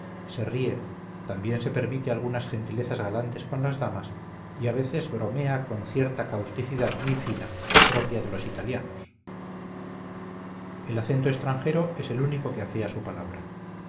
se ríe también se permite algunas gentilezas galantes con las damas y a veces bromea con cierta causticidad muy fina propia de los italianos el acento extranjero es el único que afea su palabra